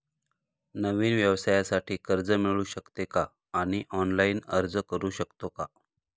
नवीन व्यवसायासाठी कर्ज मिळू शकते का आणि ऑनलाइन अर्ज करू शकतो का?